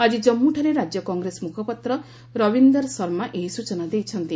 ଆଜି କମ୍ମୁଠାରେ ରାଜ୍ୟ କଂଗ୍ରେସ ମୁଖପାତ୍ର ରବିନ୍ଦର୍ ଶର୍ମା ଏହି ସ୍ଚନା ଦେଇଛନ୍ତି